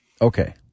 okay